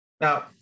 Now